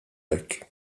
hekk